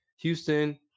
Houston